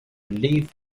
live